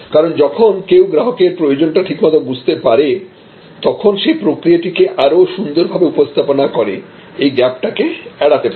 কারণ যখন কেউ গ্রাহকের প্রয়োজনটা ঠিকমত বুঝতে পারে তখন সে প্রক্রিয়াটিকে আরও সুন্দরভাবে উপস্থাপনা করে এই গ্যাপটা কে এড়াতে পারে